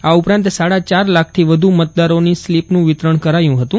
આ ઉપરાંત સાડા ચાર લાખથી વધુ મતદારોની સ્લિપનું વિતરણ કરાયું હતું